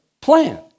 plan